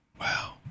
Wow